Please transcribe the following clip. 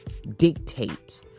dictate